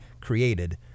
created